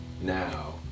now